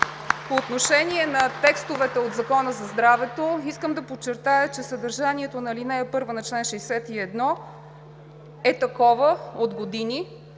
По отношение на текстовете от Закона за здравето искам да подчертая, че съдържанието на ал. 1 на чл. 61 е такова от години.